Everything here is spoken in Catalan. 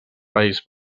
país